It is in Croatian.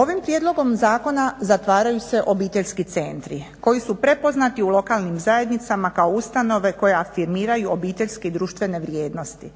Ovim prijedlogom zakona zatvaraju se obiteljski centri koji su prepoznati u lokalnim zajednicama kao ustanove koje afirmiraju obiteljske i društvene vrijednosti,